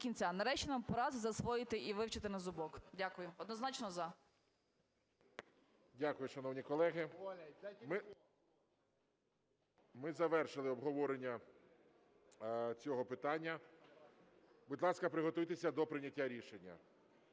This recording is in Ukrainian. Нарешті нам пора засвоїти і вивчити на зубок. Дякую. Однозначно "за". ГОЛОВУЮЧИЙ. Дякую, шановні колеги. Ми завершили обговорення цього питання. Будь ласка, приготуйтеся до прийняття рішення.